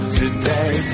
today